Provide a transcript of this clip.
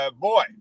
boy